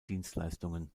dienstleistungen